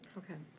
okay,